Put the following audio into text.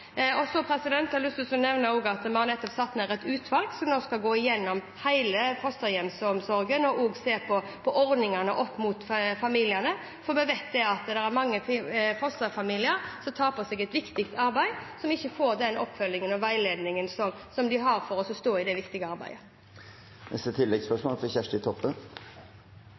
har jeg lyst til å nevne at vi nettopp har satt ned et utvalg som nå skal gå gjennom hele fosterhjemsomsorgen og også se på ordningene opp mot familiene, for vi vet at det er mange fosterfamilier som tar på seg et viktig arbeid, som ikke får den oppfølgingen og veiledningen som de må ha for å stå i det viktige arbeidet.